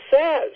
says